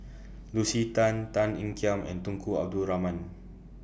Lucy Tan Tan Ean Kiam and Tunku Abdul Rahman